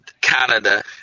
Canada